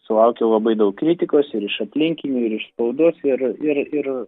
sulaukiau labai daug kritikos ir iš aplinkinių ir iš spaudos ir ir ir